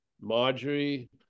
marjorie